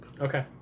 Okay